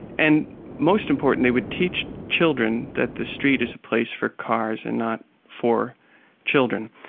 and most importantly, would teach children that the street is a place for cars and not for children.